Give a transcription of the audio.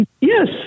Yes